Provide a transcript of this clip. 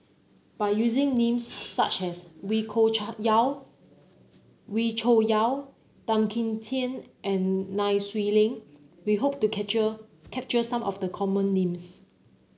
by using names such as Wee Yaw Wee Cho Yaw Tan Kim Tian and Nai Swee Leng we hope to capture some of the common names